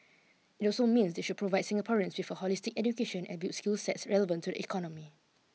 it also means they should provide Singaporeans with a holistic education and build skill sets relevant to the economy